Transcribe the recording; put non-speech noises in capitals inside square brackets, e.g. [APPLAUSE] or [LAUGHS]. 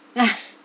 [LAUGHS]